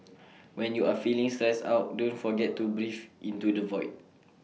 when you are feeling stressed out don't forget to breathe into the void